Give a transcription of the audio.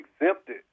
exempted